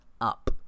up